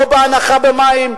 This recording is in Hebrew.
לא הנחה במים,